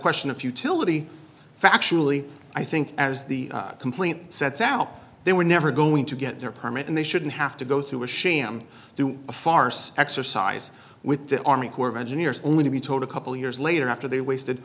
question of futility factually i think as the complaint sets out they were never going to get their permit and they shouldn't have to go through a sham through a farce exercise with the army corps of engineers only to be told a couple of years later after they wasted